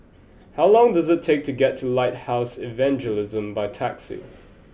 how long does it take to get to Lighthouse Evangelism by taxi